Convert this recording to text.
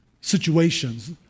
situations